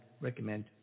recommend